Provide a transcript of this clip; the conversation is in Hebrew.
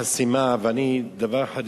ואני בדיוק הייתי צריך לצאת לתל-אביב, היתה חסימה.